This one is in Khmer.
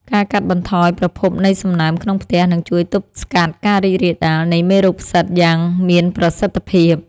ការកាត់បន្ថយប្រភពនៃសំណើមក្នុងផ្ទះនឹងជួយទប់ស្កាត់ការរីករាលដាលនៃមេរោគផ្សិតយ៉ាងមានប្រសិទ្ធភាព។